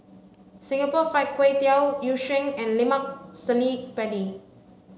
Singapore fried kway tiao yu sheng and lemak cili padi